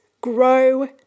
grow